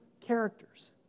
characters